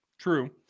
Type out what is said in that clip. True